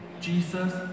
jesus